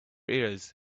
ears